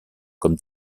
comme